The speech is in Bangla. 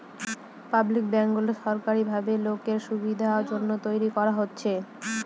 পাবলিক ব্যাঙ্কগুলো সরকারি ভাবে লোকের সুবিধার জন্য তৈরী করা হচ্ছে